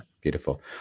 Beautiful